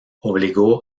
obligó